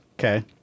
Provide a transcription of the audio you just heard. okay